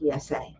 PSA